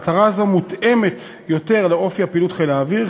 מטרה זו מותאמת יותר לאופי פעילות חיל האוויר,